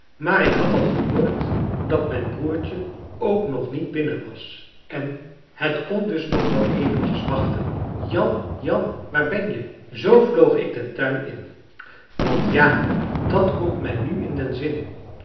maar ik had al gehoord dat mijn broertje ook nog niet binnen was en het kon dus nog wel eventjes wachten jan jan waar ben je zoo vloog ik den tuin in want ja dat komt mij nu in den zin